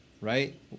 right